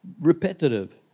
Repetitive